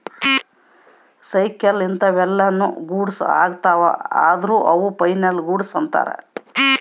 cycle ಇಂತವೆಲ್ಲ ನು goods ಅಗ್ತವ ಅದ್ರ ಅವು ಫೈನಲ್ ಗೂಡ್ಸ್ ಅಂತರ್